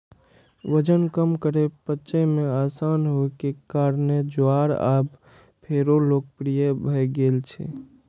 वजन कम करै, पचय मे आसान होइ के कारणें ज्वार आब फेरो लोकप्रिय भए गेल छै